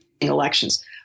elections